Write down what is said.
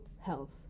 health